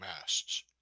masts